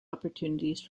opportunities